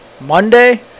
Monday